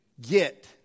get